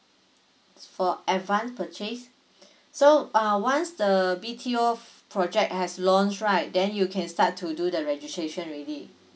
for advance purchase so uh once the B_T_O project has launched right then you can start to do the registration already